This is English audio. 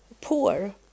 poor